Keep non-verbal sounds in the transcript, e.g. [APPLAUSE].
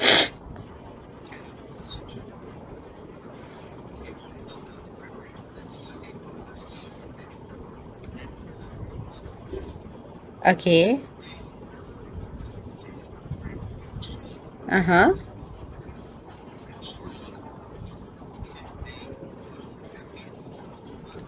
[NOISE] okay (uh huh)